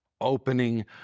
opening